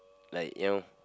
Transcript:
like you know